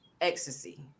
ecstasy